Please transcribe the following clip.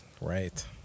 Right